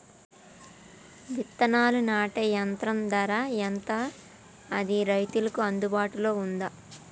విత్తనాలు నాటే యంత్రం ధర ఎంత అది రైతులకు అందుబాటులో ఉందా?